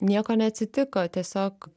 nieko neatsitiko tiesiog